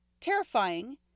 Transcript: terrifying